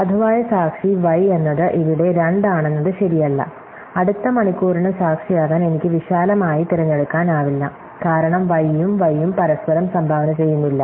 സാധുവായ സാക്ഷി y എന്നത് ഇവിടെ 2 ആണെന്നത് ശരിയല്ല അടുത്ത മണിക്കൂറിന് സാക്ഷിയാകാൻ എനിക്ക് വിശാലമായി തിരഞ്ഞെടുക്കാനാവില്ല കാരണം y ഉം y ഉം പരസ്പരം സംഭാവന ചെയ്യുന്നില്ല